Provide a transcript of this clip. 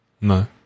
No